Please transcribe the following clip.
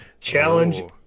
Challenge